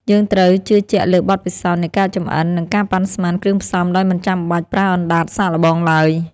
យើងត្រូវជឿជាក់លើបទពិសោធន៍នៃការចម្អិន និងការប៉ាន់ស្មានគ្រឿងផ្សំដោយមិនចាំបាច់ប្រើអណ្តាតសាកល្បងឡើយ។